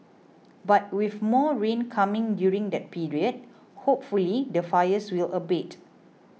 but with more rain coming during that period hopefully the fires will abate